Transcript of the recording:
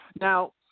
Now